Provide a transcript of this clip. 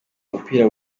umupira